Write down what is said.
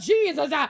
Jesus